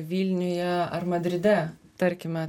vilniuje ar madride tarkime